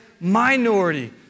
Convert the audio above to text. minority